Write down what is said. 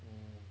um